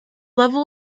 level